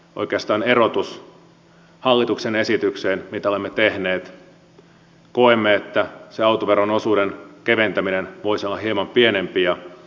oikeastaan keskeinen erotus mitä olemme tehneet hallituksen esitykseen nähden on että koemme että se autoveron osuuden keventäminen voisi olla hieman pienempi